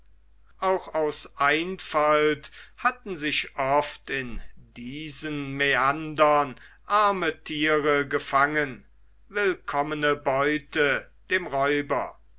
auch aus einfalt hatten sich oft in diesen mäandern arme tiere gefangen willkommene beute dem räuber